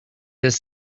this